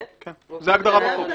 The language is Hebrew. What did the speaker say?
זו ההגדרה.